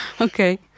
Okay